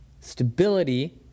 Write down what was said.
stability